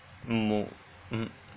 mm mo~ mm